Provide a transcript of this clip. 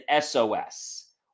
SOS